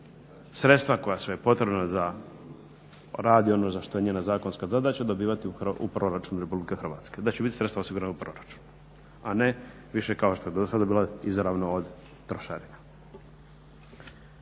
sredstva koja su joj potrebna da radi ono što je njena zakonska zadaća, dobivati u proračunu Republike Hrvatske, da će biti sredstva u proračunu, a ne više kao što je do sada bilo izravno od trošarina.